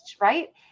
right